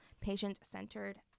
patient-centered